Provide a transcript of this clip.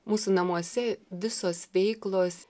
mūsų namuose visos veiklos